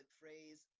phrase